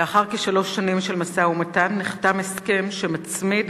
לאחר כשלוש שנים של משא-ומתן נחתם הסכם שמצמיד